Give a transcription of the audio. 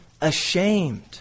ashamed